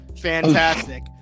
Fantastic